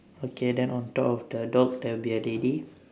okay then on top of the dog there will be a lady